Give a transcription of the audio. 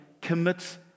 commits